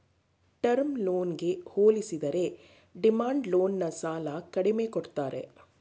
term ಲೋನ್ಗೆ ಹೋಲಿಸಿದರೆ demand loan ನ ಸಾಲ ಕಡಿಮೆ ಕೊಡ್ತಾರೆ